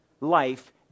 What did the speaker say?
life